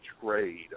trade